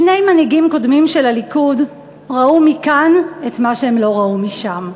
שני מנהיגים קודמים של הליכוד ראו מכאן את מה שהם לא ראו משם.